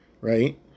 Right